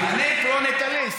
אני פרונטליסט.